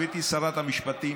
גברתי שרת המשפטים,